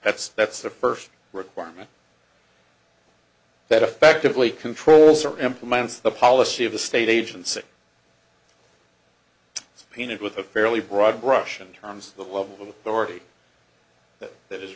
that's that's the first requirement that effectively controls or implements the policy of the state agency painted with a fairly broad brush in terms of what we already that that is